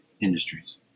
industries